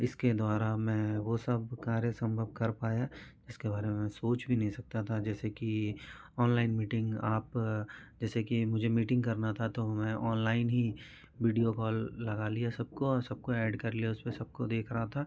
इसके द्वारा मैं वह सब कार्य संभव कर पाया इसके बारे में मैं सोच भी नहीं सकता था जैसे कि ओनलाइन मीटिंग आप जैसे मुझे मीटिंग करना था मैं ओनलाइन ही विडियो कॉल लगा लिया सबको और सबको ऐड कर लिया उस पर सबको देख रहा था